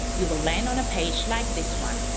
you will land on a page like this one,